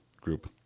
group